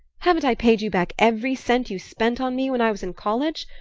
haven't i paid you back every cent you spent on me when i was in college?